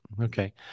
Okay